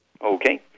Okay